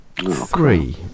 Three